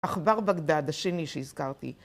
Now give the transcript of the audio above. עכבר בגדד השני שהזכרתי.